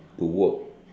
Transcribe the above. to work